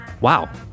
wow